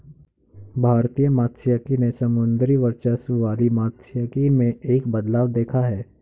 भारतीय मात्स्यिकी ने समुद्री वर्चस्व वाली मात्स्यिकी में एक बदलाव देखा है